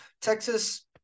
Texas